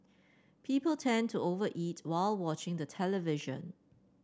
people tend to over eat while watching the television